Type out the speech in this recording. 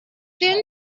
thin